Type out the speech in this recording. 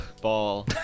Ball